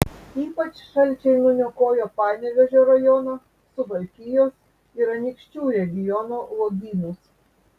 ypač šalčiai nuniokojo panevėžio rajono suvalkijos ir anykščių regiono uogynus